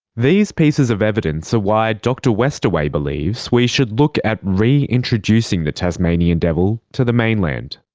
these pieces of evidence are why dr westaway believes we should look at reintroducing the tasmanian devil to the mainland.